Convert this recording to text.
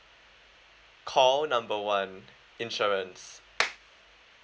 call number one insurance